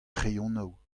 kreionoù